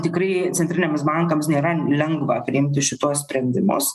tikrai centriniams bankams nėra lengva priimti šituos sprendimus